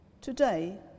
Today